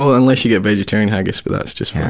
ah unless you get vegetarian haggis, but that's just